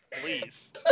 Please